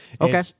Okay